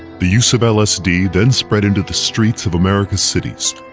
the use of lsd then spread into the streets of america's cities,